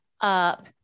up